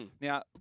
Now